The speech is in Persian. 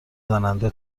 زننده